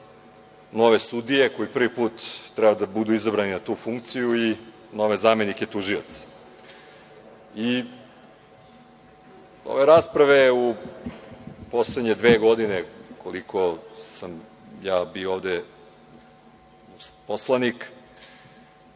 nove sudije koji prvi put treba da budu izabrani na tu funkciju i nove zamenika tužioca. Ove rasprave u poslednje dve godine koliko sam ja bio ovde poslanik